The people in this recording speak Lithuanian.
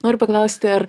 noriu paklausti ar